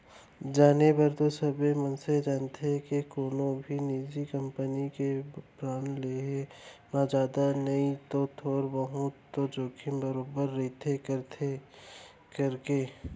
जाने बर तो सबे मनसे जानथें के कोनो भी निजी कंपनी के बांड लेहे म जादा नई तौ थोर बहुत तो जोखिम बरोबर रइबे करथे कइके